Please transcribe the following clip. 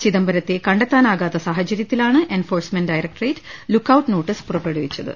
ചിദംബരത്തെ കണ്ടെത്താനാകാത്ത സാഹ ചര്യത്തിലാണ് എൻഫോഴ്സ്മെന്റ് ഡയറക്ടറേറ്റ് ലുക്ക്ഔട്ട് നോട്ടീസ് പുറപ്പെടുവിച്ചത്